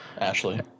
Ashley